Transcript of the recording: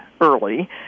early